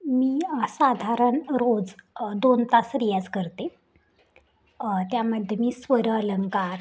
मी साधारण रोज दोन तास रियाज करते त्यामध्ये मी स्वर अलंकार